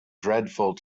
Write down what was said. dreadful